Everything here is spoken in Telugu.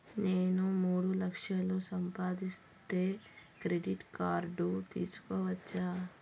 నేను మూడు లక్షలు సంపాదిస్తే క్రెడిట్ కార్డు తీసుకోవచ్చా?